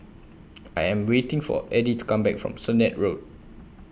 I Am waiting For Edie to Come Back from Sennett Road